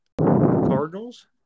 Cardinals